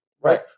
right